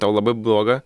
tau labai bloga